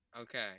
Okay